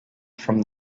from